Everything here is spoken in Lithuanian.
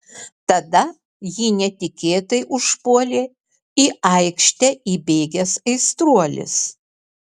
tada jį netikėtai užpuolė į aikštę įbėgęs aistruolis